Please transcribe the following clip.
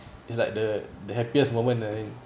it's like the the happiest moment ah